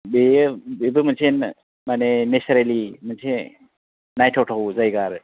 बेयो बेबो मोनसे मानि नेसारेलि मोनसे नायथाव थाव जायगा आरो